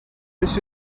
this